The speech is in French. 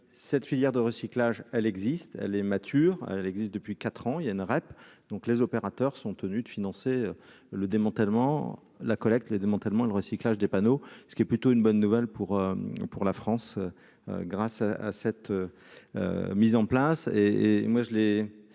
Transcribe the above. cette filière de recyclage, elle existe, elle est mature, elle existe depuis 4 ans, il y a une râpe, donc, les opérateurs sont tenus de financer le démantèlement, la collecte le démantèlement et le recyclage des panneaux, ce qui est plutôt une bonne nouvelle pour pour la France, grâce à cette mise en place